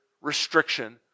restriction